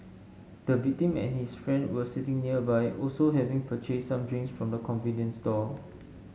the victim and his friend were sitting nearby also having purchased some drinks from the convenience store